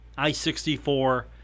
I-64